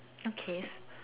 okay